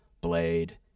Blade